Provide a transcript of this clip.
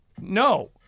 no